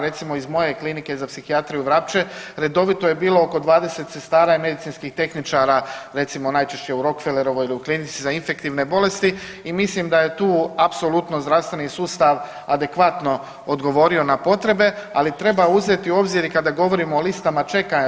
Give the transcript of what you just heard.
Recimo iz moje Klinike za psihijatriju Vrapče redovito je bilo oko 20 sestara i medicinskih tehničara recimo najčešće u Rockefellerovoj ili u Klinici za infektivne bolesti i mislim da je tu apsolutno zdravstveni sustav adekvatno odgovorio na potrebe, ali treba uzeti u obzir kada govorimo o listama čekanja.